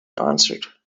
answered